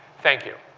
thank you.